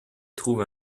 trouve